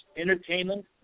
entertainment